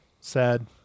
Sad